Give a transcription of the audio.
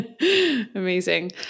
Amazing